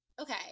okay